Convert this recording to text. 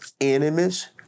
Enemies